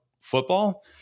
football